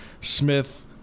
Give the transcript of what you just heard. Smith